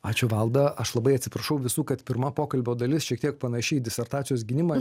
ačiū valda aš labai atsiprašau visų kad pirma pokalbio dalis šiek tiek panaši į disertacijos gynimą